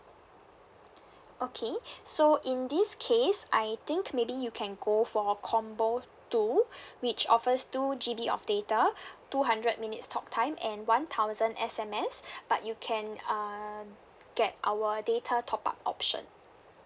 okay so in this case I think maybe you can go for combo two which offers two G_B of data two hundred minutes talk time and one thousand S_M_S but you can uh get our data top up option